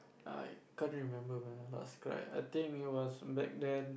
I can't remember when I last cry I think it was back when